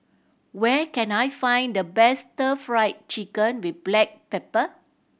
where can I find the best Stir Fry Chicken with black pepper